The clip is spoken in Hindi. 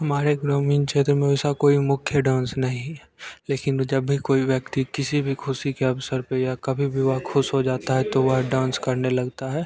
हमारे ग्रामीण क्षेत्र में ऐसा कोई मुख्य डांस नहीं है लेकिन जब भी कोई व्यक्ति किसी भी खुशी के अवसर पर या कभी विवाह खुश हो जाता है तो वह डांस करने लगता है